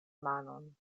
manon